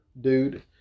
dude